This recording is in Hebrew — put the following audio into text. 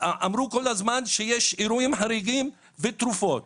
אמרו שיש אירועים חריגים עם תרופות.